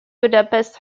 budapest